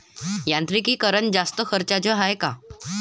यांत्रिकीकरण जास्त खर्चाचं हाये का?